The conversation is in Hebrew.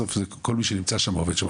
בסוף כל מי שנמצא שם עובד שם,